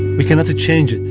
we cannot change it.